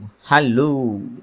hello